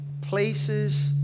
places